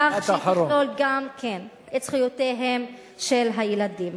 כך שהיא תכלול גם את זכויותיהם של הילדים.